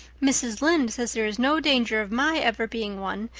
mrs. lynde says there is no danger of my ever being one,